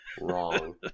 Wrong